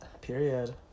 Period